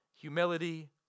humility